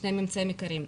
שני ממצאים עיקריים.